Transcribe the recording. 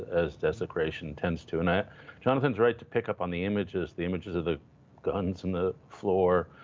as desecration tends to. and i jonathan's right to pick up on the images, the images of the guns on the floor,